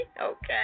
Okay